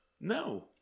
No